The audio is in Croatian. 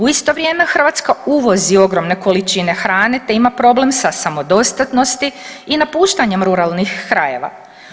U isto vrijeme Hrvatska uvozi ogromne količine hrane te ima problem sa samodostatnosti i napuštanjem ruralnih krajeva.